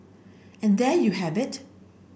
and there you have it